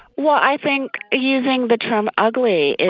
well, i think using the term ugly is.